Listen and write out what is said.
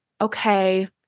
okay